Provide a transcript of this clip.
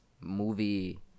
movie